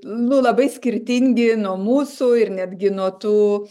nu labai skirtingi nuo mūsų ir netgi nuo tų